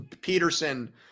Peterson